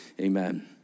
Amen